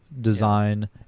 design